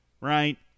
Right